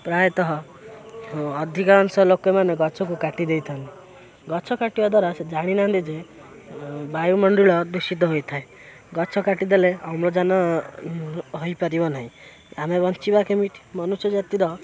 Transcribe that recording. ପ୍ରାୟତଃ ଅଧିକାଂଶ ଲୋକେମାନେ ଗଛକୁ କାଟି ଦେଇଥାନ୍ତି ଗଛ କାଟିବା ଦ୍ୱାରା ସେ ଜାଣିନାହାଁନ୍ତି ଯେ ବାୟୁମଣ୍ଡଳ ଦୂଷିତ ହୋଇଥାଏ ଗଛ କାଟିଦେଲେ ଅମ୍ଳଜାନ ହେଇପାରିବ ନାହିଁ ଆମେ ବଞ୍ଚିବା କେମିତି ମନୁଷ୍ୟ ଜାତିର